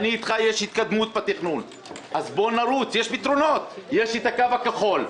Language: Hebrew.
יש לי את היישובים הדרוזים, יש לי את הקו הכחול,